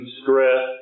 stress